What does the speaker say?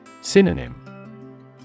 Synonym